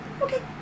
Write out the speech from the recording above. Okay